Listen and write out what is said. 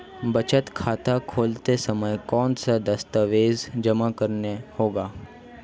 बचत खाता खोलते समय कौनसे दस्तावेज़ जमा करने होंगे?